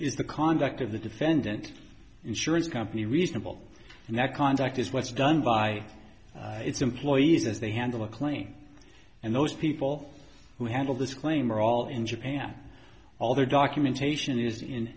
is the conduct of the defendant insurance company reasonable and that contact is what's done by its employees as they handle a claim and those people who handle this claim are all in japan all their documentation is in